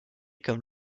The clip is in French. comme